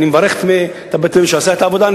אני מברך את מי שעשה את העבודה.